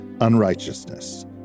unrighteousness